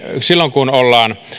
silloin kun ollaan